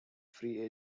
free